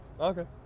okay